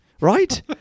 Right